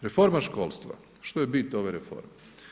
Reforma školstva, što je bit ove reforme?